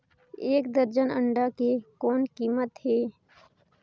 एक दर्जन अंडा के कौन कीमत हे?